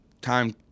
time